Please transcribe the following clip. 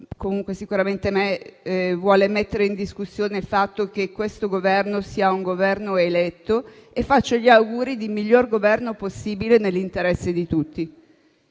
sicuramente non io - vuole mettere in discussione il fatto che quello in carica sia un Governo eletto e faccio all'Esecutivo gli auguri di miglior governo possibile nell'interesse di tutti.